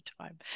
time